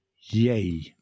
yay